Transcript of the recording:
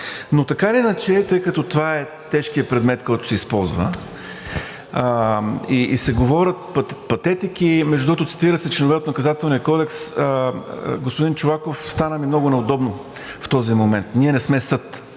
Но така или иначе, тъй като това е тежкият предмет, който се използва, и се говорят патетики, между другото, цитират се членове от Наказателния кодекс. Господин Чолаков, стана ми много неудобно в този момент – ние не сме съд,